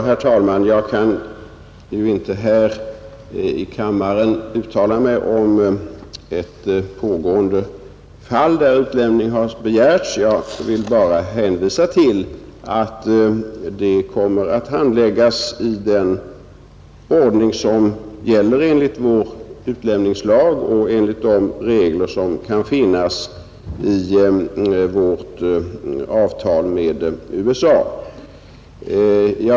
Herr talman! Jag kan inte här i kammaren uttala mig om ett pågående fall där utlämning har begärts. Jag vill bara hänvisa till att det kommer att handläggas i den ordning som gäller enligt vår utlämningslag och enligt de regler som kan finnas i vårt avtal med USA.